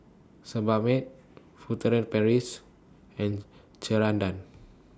Sebamed Furtere Paris and Ceradan